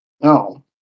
No